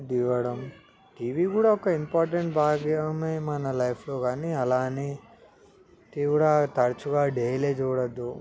ఇవ్వడం టీవీ కూడా ఒక ఇంపార్టెంట్ భాగమే మన లైఫ్లో కానీ అలానే టీవీ కూడా తరచుగా డైలీ చూడవద్దు